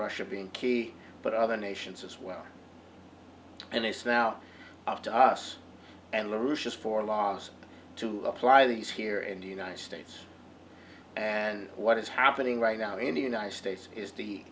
russia being but other nations as well and it's now up to us and lucius for laws to apply these here in the united states and what is happening right now in the united states is the